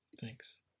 thanks